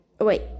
wait